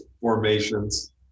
formations